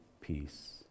peace